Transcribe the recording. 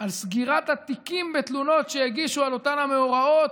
על סגירת התיקים בתלונות שהגישו על אותם המאורעות,